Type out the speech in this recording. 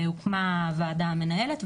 הוקמה ועדה מנהלת,